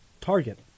Target